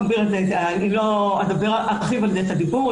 לא ארחיב על זה את הדיבור.